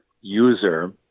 user